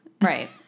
Right